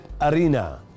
Arena